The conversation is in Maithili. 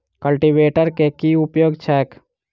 कल्टीवेटर केँ की उपयोग छैक?